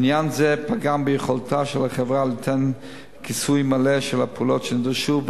עניין זה פגם ביכולתה של החברה ליתן כיסוי מלא של הפעולות שנדרשו,